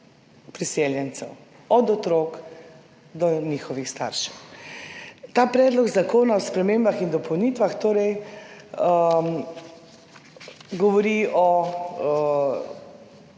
priseljencev od otrok do njihovih staršev. Ta predlog zakona o spremembah in dopolnitvah govori,